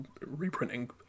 reprinting